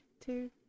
Two